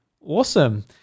Awesome